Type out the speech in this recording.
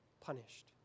punished